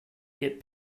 get